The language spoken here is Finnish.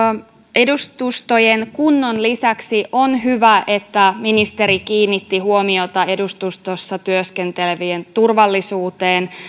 edustustojen kunnon lisäksi on hyvä että ministeri kiinnitti huomiota edustustoissa työskentelevien turvallisuuteen